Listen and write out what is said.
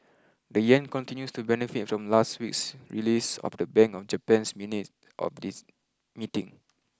the yen continues to benefit from last weeks release of the Bank of Japan's minute of this meeting